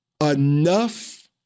Enough